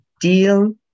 deal